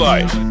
Life